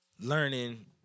learning